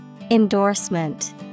Endorsement